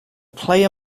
player